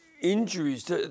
injuries